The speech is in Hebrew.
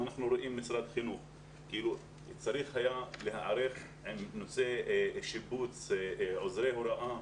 משרד החינוך צריך היה להיערך עם עוזרי הוראה